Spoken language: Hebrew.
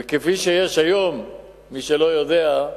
וכפי שיש היום, מי שלא יודע,